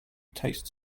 taste